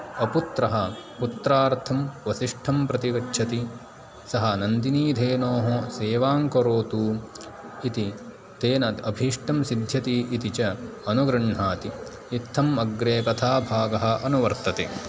अपुत्रः पुत्रार्थं वसिष्ठं प्रति गच्छति सः नन्दिनिधेनोः सेवां करोतु इति तेन अभीष्टं सिध्यति इति च अनुगृण्हाति इत्थम् अग्रे कथाभागः अनुवर्तते